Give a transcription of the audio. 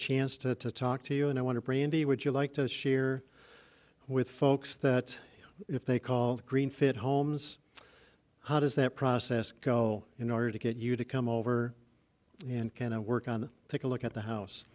chance to talk to you and i want to brandy would you like to share with folks that if they call the green fit homes how does that process go in order to get you to come over and kind of work on take a look at the house